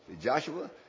Joshua